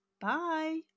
bye